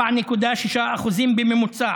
4.6% בממוצע.